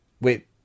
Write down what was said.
wait